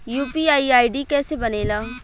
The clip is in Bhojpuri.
यू.पी.आई आई.डी कैसे बनेला?